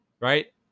Right